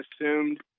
assumed